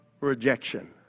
rejection